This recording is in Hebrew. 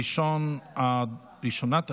ראשונת הדוברים,